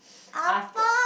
after